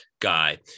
guy